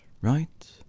right